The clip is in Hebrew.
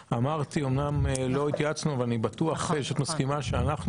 אמנם לא התייעצנו אבל אני בטוח שאת מסכימה שאנחנו